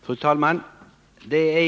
Fru talman!